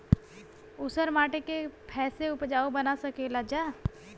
ऊसर माटी के फैसे उपजाऊ बना सकेला जा?